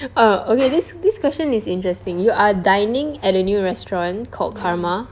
err okay this this question is interesting you are dining in a new restaurant called karma